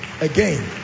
again